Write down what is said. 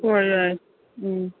ꯍꯣꯏ ꯌꯥꯏꯌꯦ ꯎꯝ